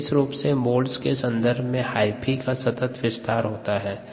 विशेष रूप से मोल्ड्स के सन्दर्भ में हाइफी का सतत् विस्तार होता हैं